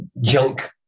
junk